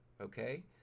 okay